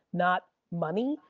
not money.